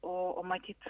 o o matyt